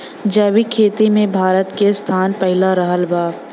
जैविक खेती मे भारत के स्थान पहिला रहल बा